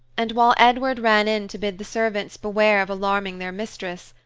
and while edward ran in to bid the servants beware of alarming their mistress,